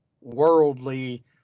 worldly